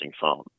phone